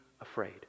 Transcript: afraid